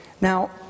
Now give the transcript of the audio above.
Now